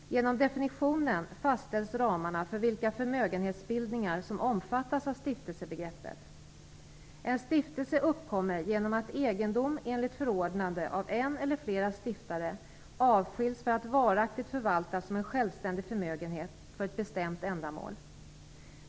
Genom definitionen fastställs ramarna för vilka förmögenhetsbildningar som omfattas av stiftelsebegreppet. En stiftelse uppkommer genom att egendom enligt förordnande an en eller flera stiftare avskiljs för att varaktigt förvaltas som en självständig förmögenhet för ett bestämt ändamål.